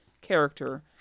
character